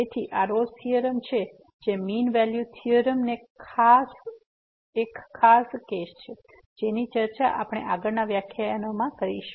તેથી આ Rolle's theorem છે જે મીન વેલ્યુ થીયોરમ નો એક ખાસ કેસ છે જેની ચર્ચા આપણે આગળના વ્યાખ્યાનમાં કરીશું